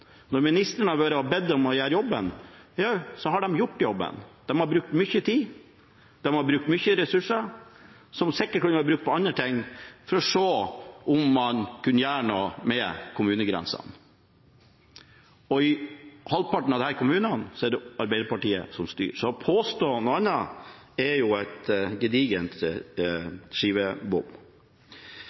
Når ministeren har bedt dem om å gjøre jobben, så har de gjort jobben. De har brukt mye tid, de har brukt mye ressurser, som sikkert kunne vært brukt på andre ting, for å se om man kunne gjøre noe med kommunegrensene. I halvparten av disse kommunene er det Arbeiderpartiet som styrer. Å påstå noe annet er en gedigen skivebom.